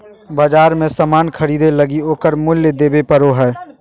बाजार मे सामान ख़रीदे लगी ओकर मूल्य देबे पड़ो हय